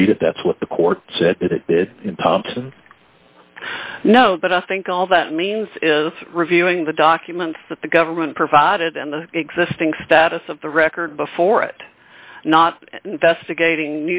that that's what the court said in thompson no but i think all that means is reviewing the documents that the government provided and the existing status of the record before it not investigat